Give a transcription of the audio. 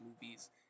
movies